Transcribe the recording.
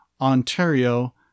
Ontario